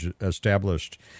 established